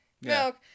milk